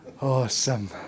awesome